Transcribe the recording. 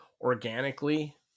organically